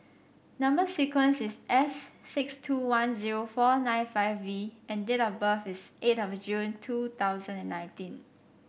number sequence is S six two one zero four nine five V and date of birth is eight of June two thousand and nineteen